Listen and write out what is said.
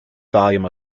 volume